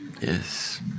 Yes